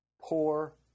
poor